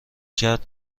کرد